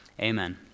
Amen